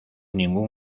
ningún